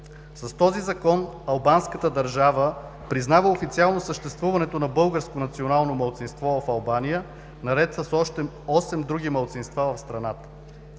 С този закон Албанската държава признава официално съществуването на българско национално малцинство в Албания, наред с още осем други малцинства в страната.